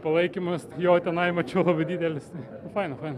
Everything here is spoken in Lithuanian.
palaikymas jo tenai mačiau labai didelis faina faina